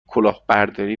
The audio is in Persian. کلاهبرداری